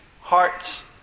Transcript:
hearts